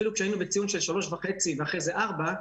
אפילו כשהיינו בציון של 3.5 ואחרי זה 4,